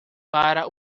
para